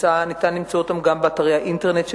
ואפשר למצוא אותם גם באתרי האינטרנט של